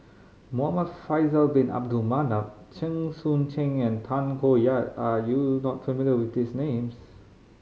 Muhamad Faisal Bin Abdul Manap Chen Sucheng and Tay Koh Yat are you not familiar with these names